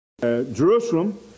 Jerusalem